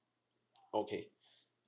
okay